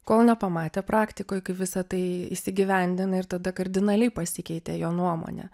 kol nepamatė praktikoj kaip visa tai įgyvendina ir tada kardinaliai pasikeitė jo nuomonė